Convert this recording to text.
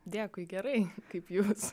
dėkui gerai kaip jūs